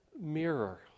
mirror